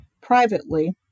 Privately